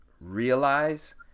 realize